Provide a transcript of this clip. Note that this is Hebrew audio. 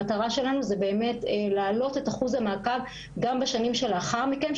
המטרה שלנו היא להעלות את אחוז המעקב גם בשנים שלאחר מכן,